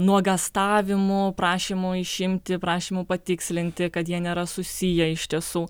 nuogąstavimų prašymų išimti prašymų patikslinti kad jie nėra susiję iš tiesų